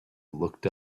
looked